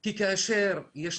כי כאשר יש